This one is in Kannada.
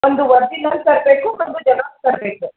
ಒಂದು ಒರ್ಜಿನಲ್ ತರಬೇಕು ಒಂದು ಜೆರಾಕ್ಸ್ ತರಬೇಕು